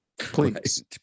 please